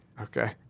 Okay